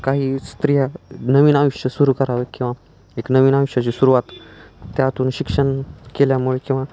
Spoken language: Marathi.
काही स्त्रिया नवीन आयुष्य सुरू करावे किंवा एक नवीन आयुष्याची सुरवात त्यातून शिक्षण केल्यामुळे किंवा